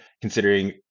considering